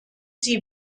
sie